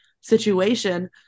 situation